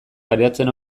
pairatzen